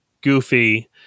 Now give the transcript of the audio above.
Goofy